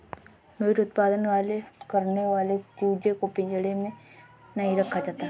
meet उत्पादन करने वाले चूजे को पिंजड़े में नहीं रखा जाता